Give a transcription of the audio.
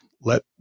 let